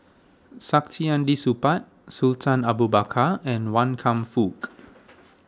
Saktiandi Supaat Sultan Abu Bakar and Wan Kam Fook